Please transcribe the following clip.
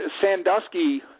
Sandusky